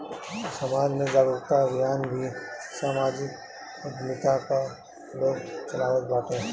समाज में जागरूकता अभियान भी समाजिक उद्यमिता कअ लोग चलावत बाटे